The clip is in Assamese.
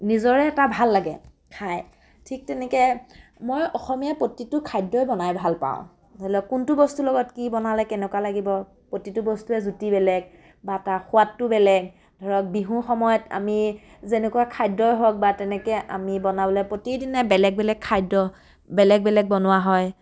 নিজৰে এটা ভাল লাগে খাই ঠিক তেনেকৈ মই অসমীয়া প্ৰতিটো খাদ্যই বনাই ভাল পাওঁ ধৰি লওক কোনটো বস্তুৰ লগত কি বনালৈ কেনেকুৱা লাগিব প্ৰতিটো বস্তুৰে জুতি বেলেগ বা তাৰ সোৱাদটো বেলেগ ধৰক বিহুৰ সময়ত আমি যেনেকুৱা খাদ্যই হওক বা তেনেকৈ আমি বনাবলৈ প্ৰতিদিনে বেলেগ বেলেগ খাদ্য বেলেগ বেলেগ বনোৱা হয়